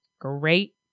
great